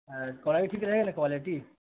quality